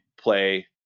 play